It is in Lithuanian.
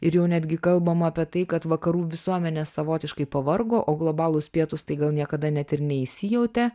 ir jau netgi kalbama apie tai kad vakarų visuomenės savotiškai pavargo o globalūs pietūs tai gal niekada net ir neįsijautė